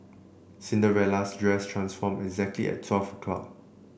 Cinderella's dress transform exactly at twelve o' clock